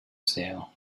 sale